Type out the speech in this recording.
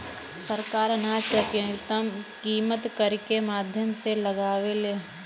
सरकार अनाज क कीमत केकरे माध्यम से लगावे ले?